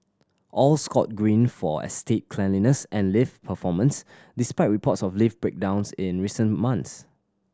all scored Green for estate cleanliness and lift performance despite reports of lift breakdowns in recent months